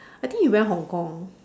I think he went Hong-Kong